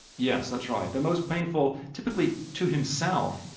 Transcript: yes, that's right. the most painful typically to himself.